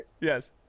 Yes